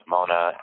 Mona